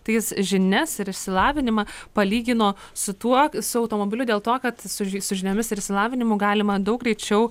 tai jis žinias ir išsilavinimą palygino su tuo su automobiliu dėl to kad su ži su žiniomis ir išsilavinimu galima daug greičiau